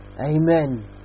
Amen